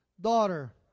daughter